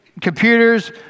computers